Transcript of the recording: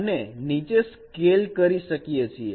આપણે નીચે સ્કેલ કરી શકીએ છીએ